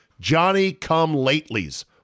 Johnny-come-latelys